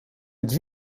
het